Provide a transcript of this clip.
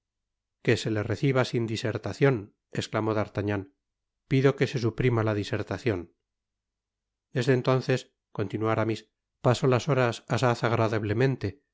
que se le reciba sin disertacion esclamó d'artagnan pido que se suprima la disertacion desde entonces continuó aramis paso las horas asaz agradablemente